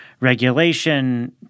regulation